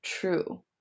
true